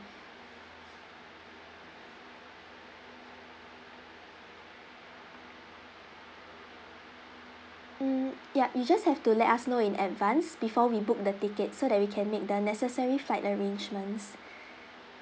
mm yup you just have to let us know in advance before we book the tickets so that we can make the necessary flight arrangements